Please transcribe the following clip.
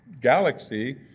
galaxy